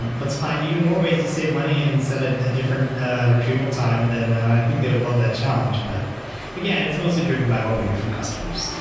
let's find even more ways to save money and set a different retrieval time, then i think they would love that challenge. but again, it's mostly driven by what we hear from customers.